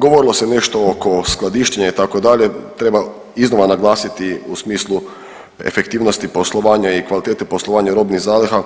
Govorilo se nešto oko skladištenja itd., treba iznova naglasiti u smislu efektivnosti poslovanja i kvalitete poslovanja robnih zaliha